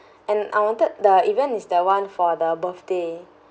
and I wanted the event is the one for the birthday